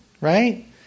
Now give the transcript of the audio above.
Right